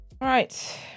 right